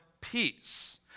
peace